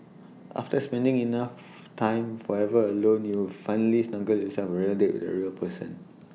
after spending enough time forever alone you've finally snugged yourself A real date with A real person